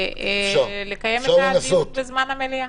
לקיים את הדיון בזמן המליאה.